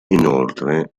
inoltre